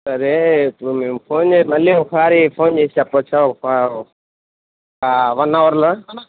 సరే ఇప్పుడు మేము ఫోన్ మళ్ళీ ఒకసారి ఫోన్ చేసి చెప్పాచా ఒక ఒక వన్ అవర్లో